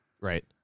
Right